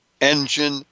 Engine